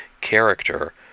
character